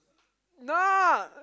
no